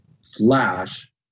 slash